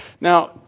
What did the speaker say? Now